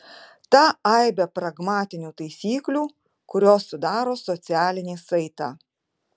tą aibę pragmatinių taisyklių kurios sudaro socialinį saitą